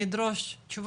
אני ידרוש תשובות,